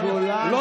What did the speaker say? חברת הכנסת גולן,